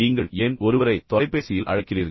நீங்கள் ஏன் ஒருவரை தொலைபேசியில் அழைக்கிறீர்கள்